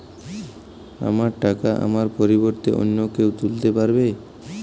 আমার টাকা আমার পরিবর্তে অন্য কেউ তুলতে পারবে?